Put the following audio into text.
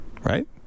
Right